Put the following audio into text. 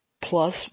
plus